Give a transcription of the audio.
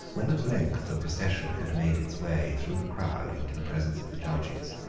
when at length the procession had made its way through the crowd into the presence of the judges,